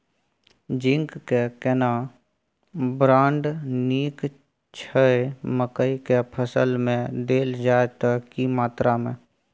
Zinc के केना brand नीक छैय मकई के फसल में देल जाए त की मात्रा में?